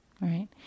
right